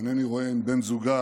אינני רואה אם בן זוגה